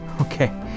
Okay